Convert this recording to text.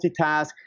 multitask